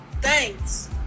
Thanks